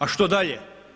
A što dalje?